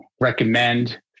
recommend